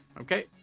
Okay